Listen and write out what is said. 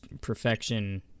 perfection